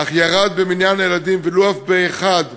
אך ירד במניין הילדים, ולו בילד אחד,